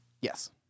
Yes